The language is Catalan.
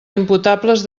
imputables